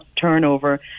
turnover